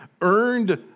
earned